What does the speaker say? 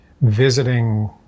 visiting